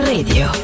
Radio